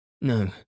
No